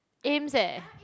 Ames eh